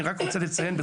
אני רק רוצה לתת נתונים,